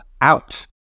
out